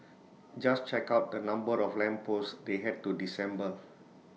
just check out the number of lamp posts they had to disassemble